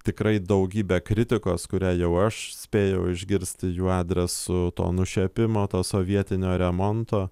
tikrai daugybę kritikos kurią jau aš spėjau išgirsti jų adresu to nušiepimo to sovietinio remonto